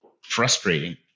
frustrating